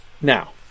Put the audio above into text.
now